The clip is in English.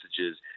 messages